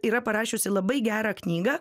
yra parašiusi labai gerą knygą